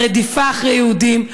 הרדיפה אחרי יהודים,